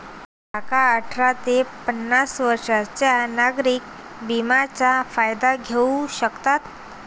काका अठरा ते पन्नास वर्षांच्या नागरिक विम्याचा फायदा घेऊ शकतात